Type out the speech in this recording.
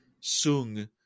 Sung